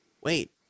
Wait